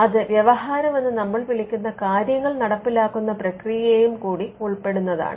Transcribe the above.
അത് വ്യവഹാരം എന്ന് നമ്മൾ വിളിക്കുന്ന കാര്യങ്ങൾ നടപ്പിലാക്കുന്ന പ്രക്രിയയെയും കൂടി ഉൾപ്പെടുന്നതാണ്